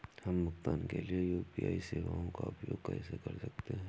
हम भुगतान के लिए यू.पी.आई सेवाओं का उपयोग कैसे कर सकते हैं?